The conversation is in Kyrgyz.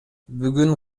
бүгүн